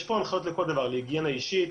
כי יש פה הנחיות לכל דבר, להיגיינה אישית,